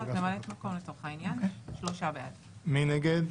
מי נגד?